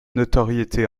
notoriété